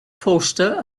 poster